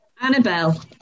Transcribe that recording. Annabelle